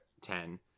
Ten